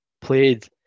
played